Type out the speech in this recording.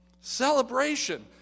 Celebration